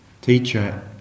teacher